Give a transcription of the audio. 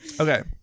Okay